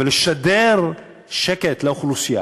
ולשדר שקט לאוכלוסייה,